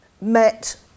met